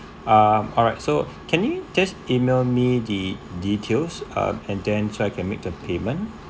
um alright so can you just email me the details um and then so I can make the payment